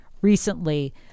recently